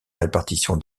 répartition